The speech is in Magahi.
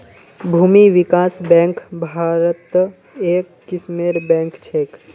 भूमि विकास बैंक भारत्त एक किस्मेर बैंक छेक